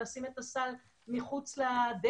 לשים את סל המזון מחוץ לדלת.